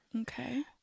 Okay